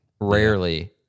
Rarely